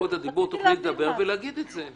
זכות הדיבור תוכלי לדבר ולומר את זה.